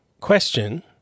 Question